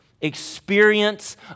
experience